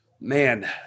man